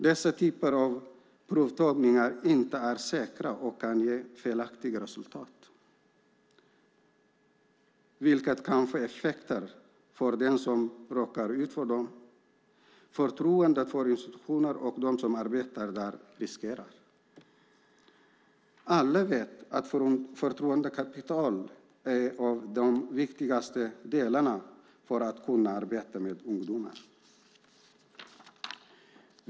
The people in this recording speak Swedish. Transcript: Dessa typer av provtagningar är inte säkra och kan ge felaktiga resultat, vilket kan få effekter för den som råkar ut för dem. Förtroendet för institutioner och för dem som arbetar där riskeras. Alla vet att förtroendekapital är en av de viktigaste delarna för att kunna arbeta med ungdomar.